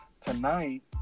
Tonight